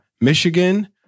Michigan